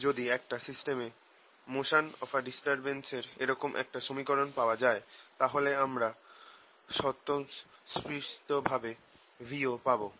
যদি একটা সিস্টেমে motion of a disturbance এর এরকম একটা সমীকরণ পাওয়া যায় তাহলে আমরা স্বতঃস্ফূর্তভাবে v ও পাবো